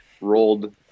rolled